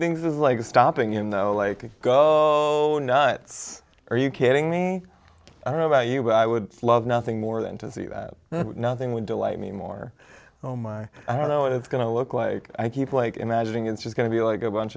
thinks is like stopping in like to go nuts are you kidding me i don't know about you but i would love nothing more than to see that nothing would delight me more oh my i don't know it's going to look like i keep like imagining it's just going to be like a bunch